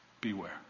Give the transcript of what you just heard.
Beware